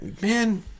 man